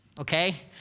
okay